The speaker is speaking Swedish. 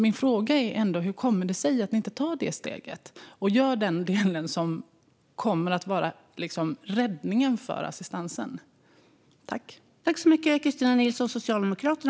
Min fråga är: Hur kommer det sig att ni inte tar detta steg och gör den del som kommer att vara räddningen för assistansen?